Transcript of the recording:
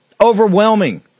overwhelming